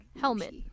Helmet